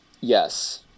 Yes